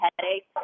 headache